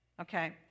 okay